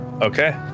okay